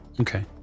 Okay